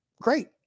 great